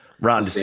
Ron